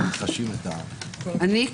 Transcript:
אני,